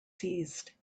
seized